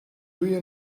you